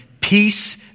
peace